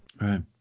right